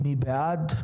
מי בעד?